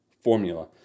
formula